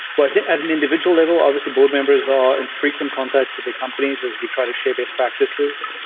but at an individual level, obviously board members are in frequent contact with their companies as we try to share best practices.